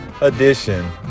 edition